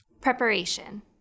Preparation